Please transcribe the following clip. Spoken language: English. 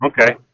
Okay